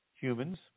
humans